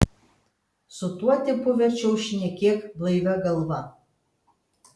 su tuo tipu verčiau šnekėk blaivia galva